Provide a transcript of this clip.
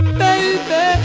baby